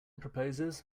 proposes